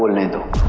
middle.